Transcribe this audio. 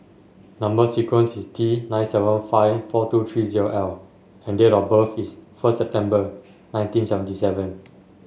number sequence is T nine seven five four two three zero L and date of birth is first September nineteen seventy seven